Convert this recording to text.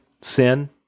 sin